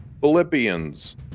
Philippians